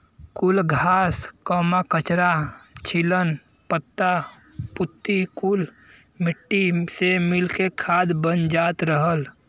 कुल घास, कचरा, छीलन, पत्ता पुत्ती कुल मट्टी से मिल के खाद बन जात रहल